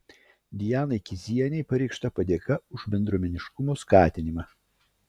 dianai kizienei pareikšta padėka už bendruomeniškumo skatinimą